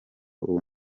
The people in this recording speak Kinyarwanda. ubu